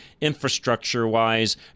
infrastructure-wise